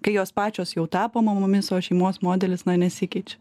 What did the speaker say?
kai jos pačios jau tapo mamomis o šeimos modelis nesikeičia